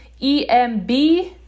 EMB